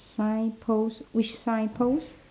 signpost which signpost